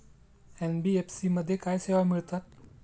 NBFC मध्ये काय सेवा मिळतात?